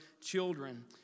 children